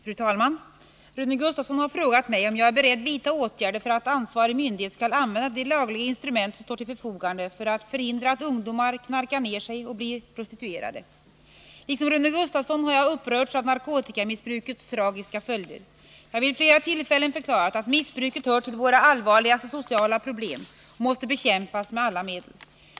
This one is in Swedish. Fru talman! Rune Gustavsson har frågat mig om jag är beredd vidta åtgärder för att ansvarig myndighet skall använda de lagliga instrument som står till förfogande för att förhindra att ungdomar knarkar ner sig och blir prostituerade. Liksom Rune Gustavsson har jag upprörts av narkotikamissbrukets tragiska följder. Jag har vid flera tillfällen förklarat att missbruket hör till våra allvarligaste sociala problem och måste bekämpas med alla medel.